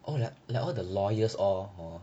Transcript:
all the like all the lawyers all hor